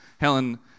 Helen